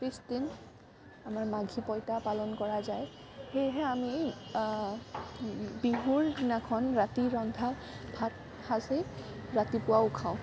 পিছদিনা আমাৰ মাঘী পৈতা পালন কৰা যায় সেইহে আমি বিহুৰ দিনাখন ৰাতি ৰন্ধা ভাতসাঁজি ৰাতিপুৱাও খাওঁ